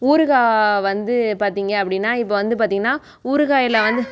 ஊறுகாய் வந்து பார்த்திங்க அப்படின்னா இப்போ வந்து பார்த்திங்கன்னா ஊறுகாயில் வந்து